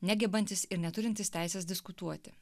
negebantys ir neturintys teisės diskutuoti